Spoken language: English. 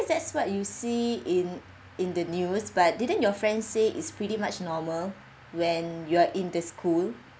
that's what you see in in the news but didn't your friend say is pretty much normal when you're in the school